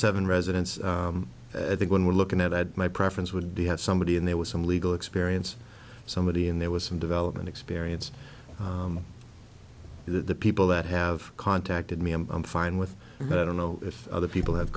seven residence i think when we're looking at it my preference would be have somebody in there was some legal experience somebody and there was some development experience that the people that have contacted me and i'm fine with that i don't know if other people have